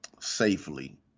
safely